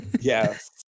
Yes